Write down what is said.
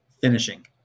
Finishing